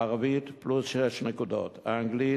הערבית, פלוס 6 נקודות, האנגלית,